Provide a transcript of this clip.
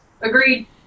Agreed